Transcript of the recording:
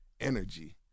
energy